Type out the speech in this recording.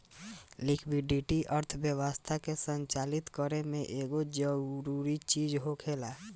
liquidity अर्थव्यवस्था के संचालित करे में एगो जरूरी चीज होखेला